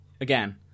again